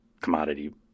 commodity